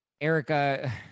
Erica